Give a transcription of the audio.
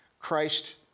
Christ